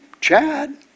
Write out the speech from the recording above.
Chad